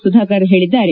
ಸುಧಾಕರ್ ಹೇಳಿದ್ದಾರೆ